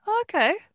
okay